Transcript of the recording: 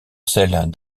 celle